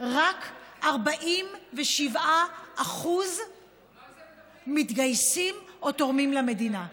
רק 47% מתגייסים או תורמים למדינה,